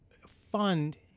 fund